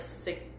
six